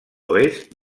oest